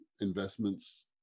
investments